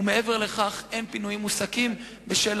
ומעבר לכך אין פינויים מוסקים בשל